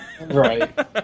Right